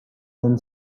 then